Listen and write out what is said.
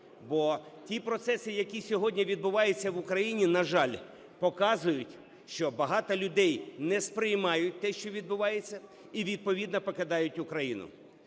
Бо ті процеси, які сьогодні відбуваються в Україні, на жаль, показують, що багато людей не сприймають те, що відбувається, і, відповідно, покидають Україну.